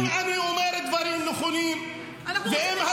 אם אני אומר דברים נכונים -- אנחנו רוצים לראות מה